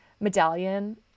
medallion